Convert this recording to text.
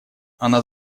она